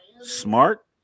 smart